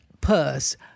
purse